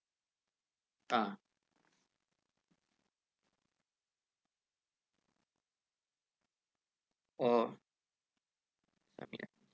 ah oh okay